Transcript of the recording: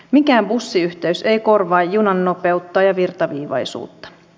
mikään bussiyhteys ei korvaa junan nopeutta ja virtaviivaisuutta